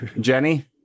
Jenny